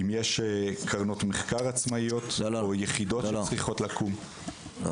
אם יש קרנות מחקר עצמאיות או יחידות שצריכות לקום --- רגע,